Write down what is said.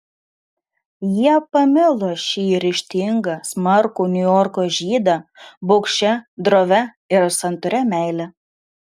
jie pamilo šį ryžtingą smarkų niujorko žydą baugščia drovia ir santūria meile